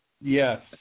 Yes